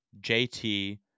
JT